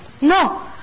No